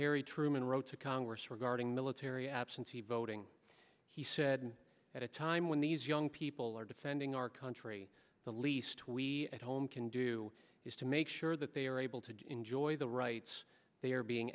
harry truman wrote to congress regarding military absentee voting he said at a time when these young people are defending our country the least we at home can do is to make sure that they are able to enjoy the rights they are being